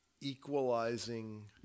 equalizing